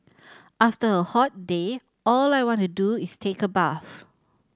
after a hot day all I want to do is take a bath